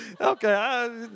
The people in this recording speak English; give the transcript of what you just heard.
Okay